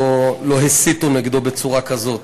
לא הסיתו נגדו בצורה כזאת.